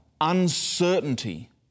uncertainty